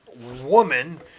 Woman